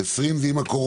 אגב, 2020 זה עם הקורונה?